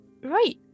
Right